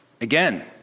Again